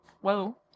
whoa